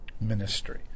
ministry